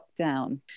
lockdown